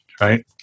right